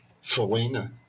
Selena